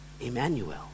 Emmanuel